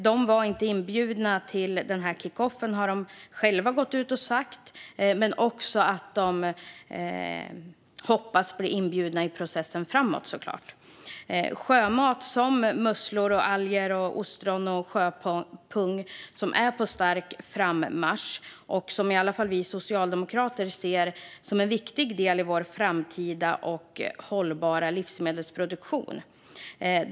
De har själva gått ut och sagt att de inte var inbjudna till kickoffen men att de såklart hoppas på att bli inbjudna i processen framåt. Sjömat som musslor, alger, ostron och sjöpung är på stark frammarsch, och i alla fall vi socialdemokrater ser den som en viktig del i vår framtida hållbara livsmedelsproduktion.